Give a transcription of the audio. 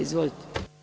Izvolite.